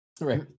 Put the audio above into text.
Right